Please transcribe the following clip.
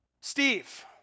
Steve